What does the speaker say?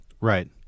Right